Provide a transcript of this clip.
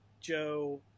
Joe